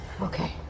Okay